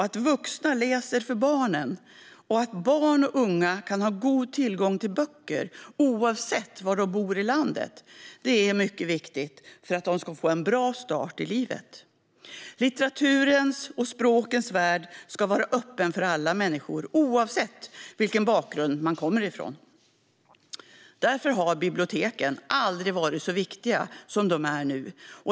Att vuxna läser för barnen, och att barn och unga har god tillgång till böcker oavsett var de bor i landet, är mycket viktigt för att de ska få en bra start i livet. Litteraturens och språkens värld ska vara öppen för alla människor, oavsett vilken bakgrund de kommer från. Därför har biblioteken aldrig varit så viktiga som de är nu.